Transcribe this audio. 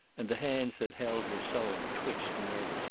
and the hands that held her sewing twitched nervously.